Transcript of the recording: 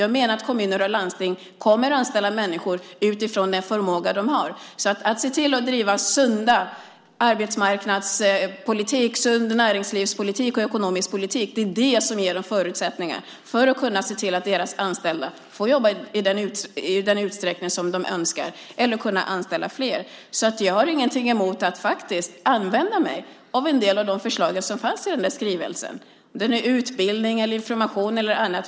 Jag menar att kommuner och landsting kommer att anställa människor utifrån den förmåga som de har. Det handlar om att se till att driva en sund arbetsmarknadspolitik och en sund näringslivspolitik och ekonomisk politik. Det är det som ger dem förutsättningar att kunna se till att deras anställda får jobba i den utsträckning som de önskar eller att kunna anställa fler. Jag har ingenting emot att faktiskt använda mig av en del av de förslag som fanns i den där skrivelsen. Det kan gälla utbildning eller information eller annat.